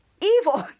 evil